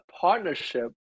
partnership